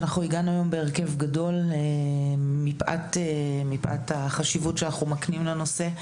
הגענו בהרכב גדול מפאת החשיבות שאנחנו מקנים לנושא.